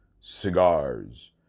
Cigars